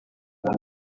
hafi